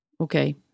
Okay